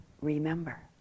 remember